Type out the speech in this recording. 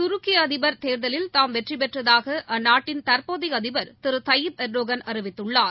துருக்கிஅதிபர் தேர்தலில் தாம் வெற்றிபெற்றதாகஅந்நாட்டின் தற்போதையஅதிபர் திருதயீப் எர்டோகன் அறிவித்துள்ளார்